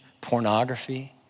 pornography